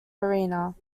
arena